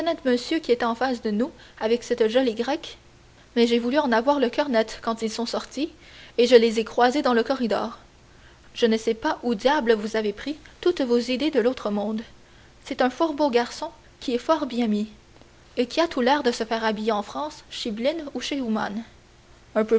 monsieur qui était en face de nous avec cette jolie grecque mais j'ai voulu en avoir le coeur net quand ils sont sortis et je les ai croisés dans le corridor je ne sais pas où diable vous avez pris toutes vos idées de l'autre monde c'est un fort beau garçon qui est fort bien mis et qui a tout l'air de se faire habiller en france chez blin ou